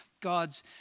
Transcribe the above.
God's